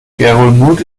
ngerulmud